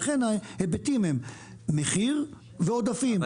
ולכן ההיבטים הם מחיר ועודפים,